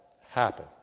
happen